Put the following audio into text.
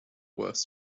worse